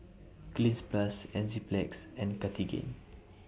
Cleanz Plus Enzyplex and Cartigain